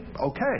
okay